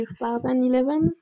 2011